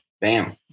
Bam